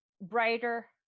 brighter